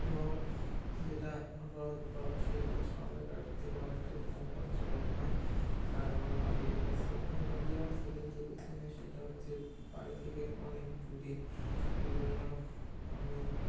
এবং যেটা হ্রদ বা সৈকত সাঁতার কাটার থেকে অনেকটা নিরাপদ্জনক হয় আর আমার বাড়ির কাছে এখানে নদী আছে কিন্তু মানে সেটা হচ্ছে বাড়ি থেকে অনেক দূরে এই জন্য আমি